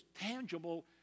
tangible